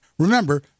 Remember